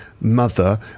mother